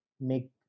make